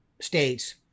states